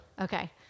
Okay